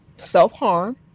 self-harm